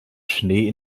schnee